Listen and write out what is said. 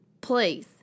Please